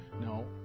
No